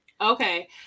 okay